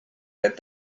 that